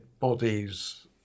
bodies